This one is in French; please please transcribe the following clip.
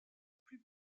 plus